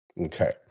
Okay